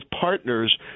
partners